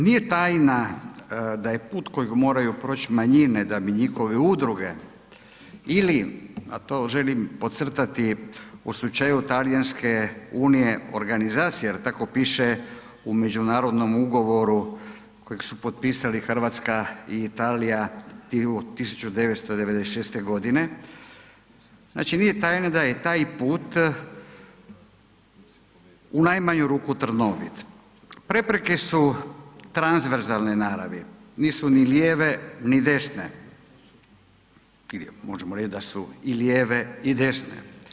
Nije tajna da je put kojeg moraju proći manjine da bi njihove udruge ili a to želim podcrtati u slučaju Talijanske Unije organizacija jer tako piše u međunarodnom ugovoru kojeg su potpisali Hrvatska i Italija 1996. godine, znači nije tajna da je taj put u najmanju ruku trnovit, prepreke su transverzalne naravi, nisu ni lijeve ni desne ili možemo reći da su i lijeve i desne.